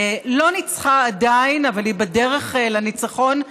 לא ניצחה עדיין אבל היא בדרך לניצחון,